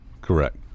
Correct